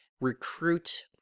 recruit